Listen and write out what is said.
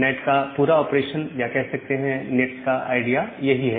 NAT का पूरा operation या कह सकते हैं नैट का आईडिया यही है